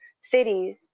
cities